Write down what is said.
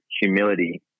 humility